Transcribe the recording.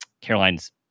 Caroline's